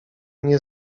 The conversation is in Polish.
nie